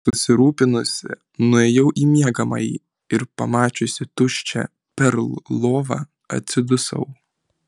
susirūpinusi nuėjau į miegamąjį ir pamačiusi tuščią perl lovą atsidusau